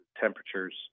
temperatures